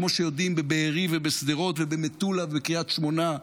כמו שיודעים בבארי ובשדרות ובמטולה ובקריית שמונה.